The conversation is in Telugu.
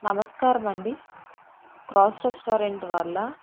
నమస్కారం అండీ క్రాస్ రెస్టారెంట్ వాళ్ళా